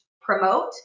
promote